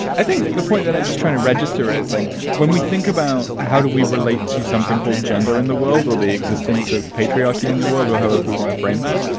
i think the point that i'm just trying to register as like when we think about how do we relate to something called gender in the world or the existence of patriarchy in the world or how if we want to frame that,